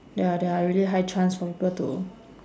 ya there're really high chance for people to